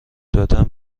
دادن